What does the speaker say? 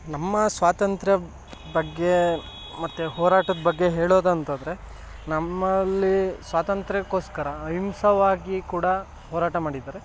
ನಮ್ಮ ಸ್ವಾತಂತ್ರ್ಯ ಬಗ್ಗೆ ಮತ್ತೆ ಹೋರಾಟದ ಬಗ್ಗೆ ಹೇಳೋದಂತಾದ್ರೆ ನಮ್ಮಲ್ಲಿ ಸ್ವಾತಂತ್ರ್ಯಕ್ಕೋಸ್ಕರ ಅಹಿಂಸೆಯಾಗಿ ಕೂಡ ಹೋರಾಟ ಮಾಡಿದ್ದಾರೆ